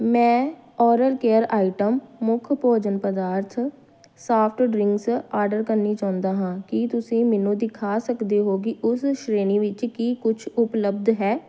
ਮੈਂ oral care item ਮੁੱਖ ਭੋਜਨ ਪਦਾਰਥ ਸਾਫਟ ਡਰਿੰਕਸ ਆਰਡਰ ਕਰਨਾ ਚਾਹੁੰਦਾ ਹਾਂ ਕੀ ਤੁਸੀਂ ਮੈਨੂੰ ਦਿਖਾ ਸਕਦੇ ਹੋ ਕਿ ਉਸ ਸ਼੍ਰੇਣੀ ਵਿੱਚ ਕੀ ਕੁਛ ਉਪਲੱਬਧ ਹੈ